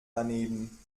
daneben